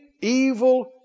evil